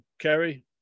kerry